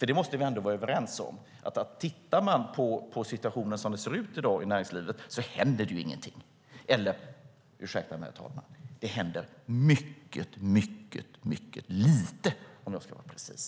Det måste vi ändå vara överens om: Tittar man på situationen som den ser ut i dag i näringslivet händer det ingenting. Eller - ursäkta mig, herr talman - det händer mycket, mycket lite, om jag ska vara precis.